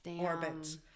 orbit